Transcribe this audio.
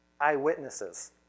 eyewitnesses